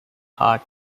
hart